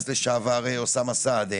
חבר הכנסת לשעבר אוסאמה סעדי,